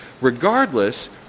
regardless